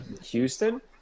Houston